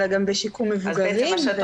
אלא גם בשיקום מבוגרים ותחלואה.